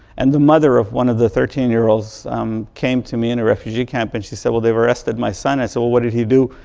and the mother of one of the thirteen year olds um came to me in a refugee camp and she said, well, they've arrested my son. i said, so well, what did he do?